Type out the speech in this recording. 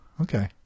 Okay